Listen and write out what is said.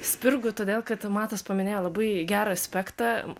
spirgu todėl kad matas paminėjo labai gerą aspektą